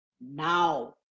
now